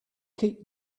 keep